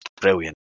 brilliant